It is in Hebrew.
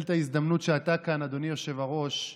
שיושבים בממשלה הזאת משתתפים בזה ואחר כך מתגלים כחולים.